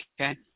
okay